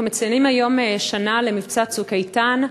אנחנו מציינים היום שנה למבצע "צוק איתן".